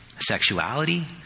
sexuality